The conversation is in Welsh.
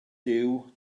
duw